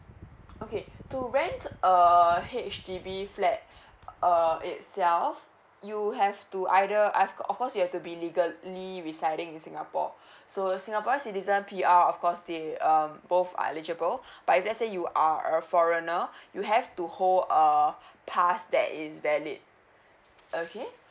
okay to rent a H_D_B flat err itself you have to either I've of course you have to be legally residing in singapore so singapore citizen P_R of course they um both are eligible but if let's say you are a foreigner you have to hold a pass that is valid okay